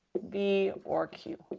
v or q.